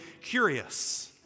curious